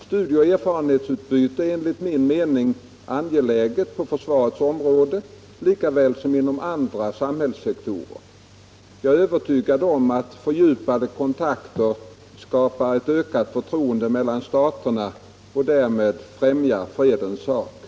Studieoch erfarenhetsutbyte är enligt min mening angeläget på försvarets område lika väl som inom andra samhällssektorer. Jag är övertygad om att fördjupade kontakter skapar ett ökat förtroende mellan staterna och därmed främjar fredens sak.